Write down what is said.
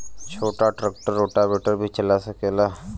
छोटा tractor rotavator भी चला सकेला?